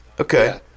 Okay